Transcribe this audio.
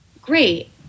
great